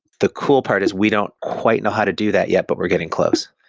the cool part is we don't quite know how to do that yet, but we're getting close.